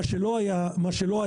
מה שלא היה בעבר.